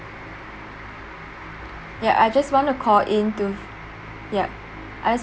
ya I just want to call in to ya I